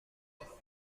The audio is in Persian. مارگارت